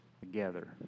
together